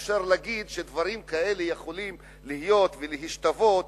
אי-אפשר להגיד שדברים כאלה יכולים להיות ולהשתוות